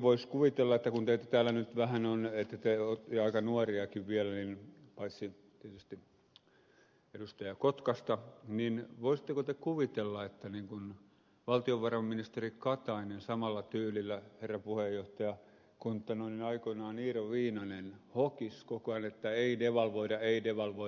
voisi kuvitella teitä täällä nyt vähän on ja aika nuoriakin vielä paitsi tietysti edustaja kotkasta tai voisitteko te kuvitella että valtiovarainministeri katainen samalla tyylillä herra puhemies kuin aikoinaan iiro viinanen hokisi koko ajan että ei devalvoida ei devalvoida ei devalvoida